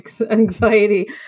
anxiety